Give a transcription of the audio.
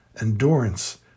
endurance